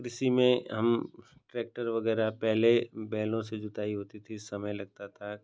कृषि में हम ट्रैक्टर वग़ैरह पहले बैलों से जोताई होती थी समय लगता था